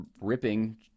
ripping